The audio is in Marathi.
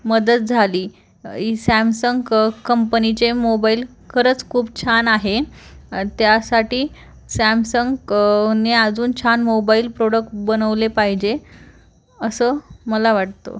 मदत झाली इ सॅमसंग क कंपनीचे मोबाईल खरंच खूप छान आहे त्यासाठी सॅमसंग क ने अजून छान मोबाईल प्रोडक्ट बनवले पाहिजे असं मला वाटतं